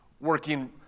working